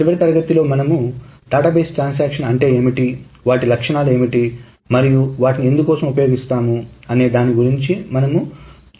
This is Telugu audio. చివరి తరగతి లో మనము డేటాబేస్ ట్రాన్సాక్షన్ అంటే ఏమిటి వాటి లక్షణాలు ఏమిటి మరియు వాటిని ఎందుకోసం ఉపయోగిస్తాము అనే దాని గురించి మనము ఒక పరిచయాన్ని చూశాము